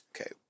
Okay